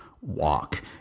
walk